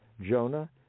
Jonah